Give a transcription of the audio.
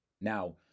Now